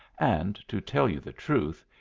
and, to tell you the truth,